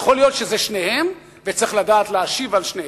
יכול להיות שזה שניהם, וצריך לדעת להשיב על שניהם.